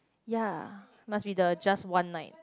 ya must be the just one night